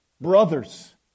Brothers